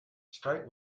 strike